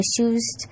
issues